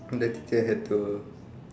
that teacher had to